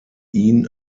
ihn